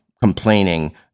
complaining